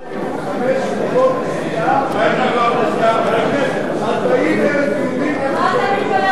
חמש דקות נסיעה, 40,000 יהודים, מה אתה מתפלא,